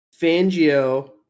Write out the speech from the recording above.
Fangio